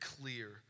clear